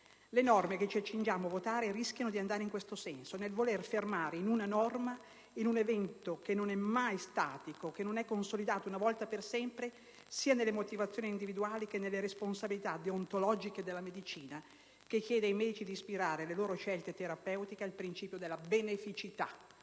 Le norme che ci accingiamo a votare rischiano di andare in questo senso: nel voler fermare in una norma un evento come la fine della vita che non è mai statico, né consolidato una volta per sempre, sia nelle motivazioni individuali che nelle responsabilità deontologiche della medicina che chiede ai medici di ispirare le loro scelte terapeutiche al principio della beneficità